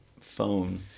phone